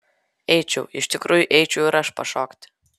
eičiau iš tikrųjų eičiau ir aš pašokti